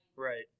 Right